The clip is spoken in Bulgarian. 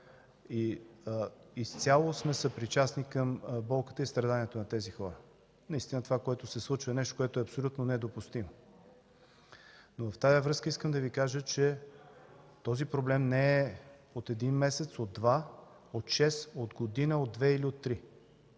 Изцяло сме съпричастни към болките и страданията на тези хора. Наистина това, което се случва, е нещо, което е абсолютно недопустимо, но в тази връзка искам да Ви кажа, че този проблем не е от един месец, от два, от шест, от година, от две или от три!